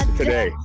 today